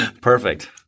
Perfect